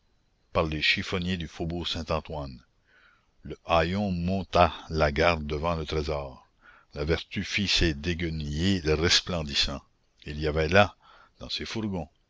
par les chiffonniers du faubourg saint-antoine le haillon monta la garde devant le trésor la vertu fit ces déguenillés resplendissants il y avait là dans ces fourgons